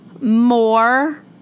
more